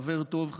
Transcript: חבר טוב,